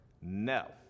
No